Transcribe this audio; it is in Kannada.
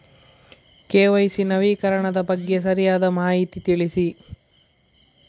ಕೆ.ವೈ.ಸಿ ನವೀಕರಣದ ಬಗ್ಗೆ ಸರಿಯಾದ ಮಾಹಿತಿ ತಿಳಿಸಿ?